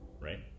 Right